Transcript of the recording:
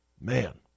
man